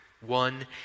One